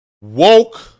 woke